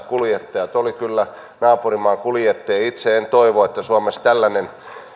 kuljettajat olivat kyllä naapurimaan kuljettajia itse en toivo että suomessa tällainen